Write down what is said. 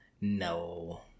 No